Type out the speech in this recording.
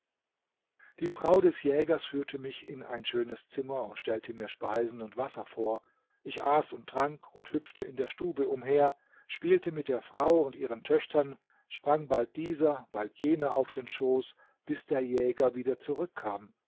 die frau des jägers führte mich in ein schönes zimmer und stellte mir speisen und wasser vor ich aß und trank und hüpfte in der stube umher spielte mit der frau und ihren töchtern sprang bald dieser bald jener auf den schoß bis der jäger wieder zurückkam